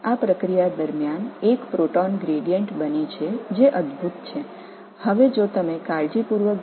இந்த செயல்பாட்டின் போது ஒரு புரோட்டான் சாய்வு உருவாக்கப்படுகிறது